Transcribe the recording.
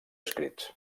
escrits